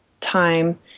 time